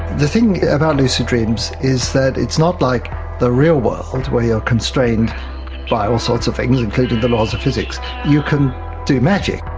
the thing about lucid dreams is that it's not like the real world where you are constrained by all sorts of things, including the laws of physics you can do magic.